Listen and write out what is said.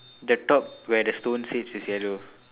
the top where the stone sits is yellow